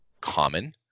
common